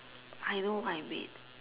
I know what I made